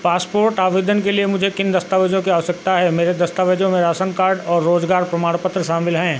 passport आवेदन के लिए मुझे किन दस्तावेज़ों की आवश्यकता है मेरे दस्तावेज़ों में राशन कार्ड और रोज़गार प्रमाणपत्र शामिल हैं